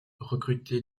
recruté